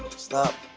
stop.